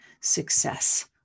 success